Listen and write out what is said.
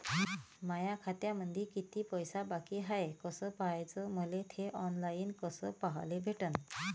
माया खात्यामंधी किती पैसा बाकी हाय कस पाह्याच, मले थे ऑनलाईन कस पाह्याले भेटन?